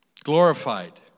Glorified